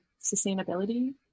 sustainability